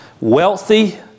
wealthy